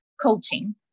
coaching